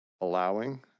allowing